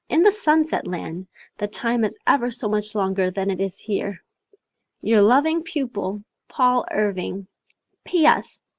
in the sunset land the time is ever so much longer than it is here your loving pupil paul irving p. s.